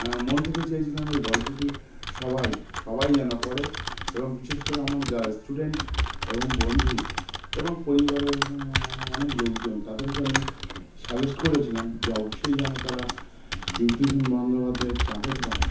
মন থেকে চেয়েছিলাম এই গল্পটি সবাই সবাই যেন পড়ে এবং বিশেষ করে আমার যারা স্টুডেন্ট এবং বন্ধু এবং পরিবারের অনেক লোকজন তাদেরকে আমি সাজেস্ট করেছিলাম যে অবশ্যই যেন তারা বিভূতিভূষণ বন্দ্যোপাধ্যায়ের চাঁদের পাহাড়